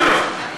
גם לא,